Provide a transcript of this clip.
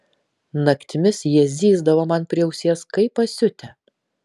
naktimis jie zyzdavo man prie ausies kaip pasiutę